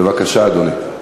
בבקשה, אדוני.